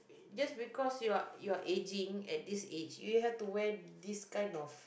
just because you are you are aging at this age you have to wear this kind of